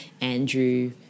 Andrew